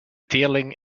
teerling